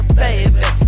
baby